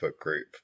group